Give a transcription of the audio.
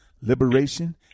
liberation